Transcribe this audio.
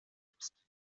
selbst